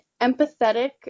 empathetic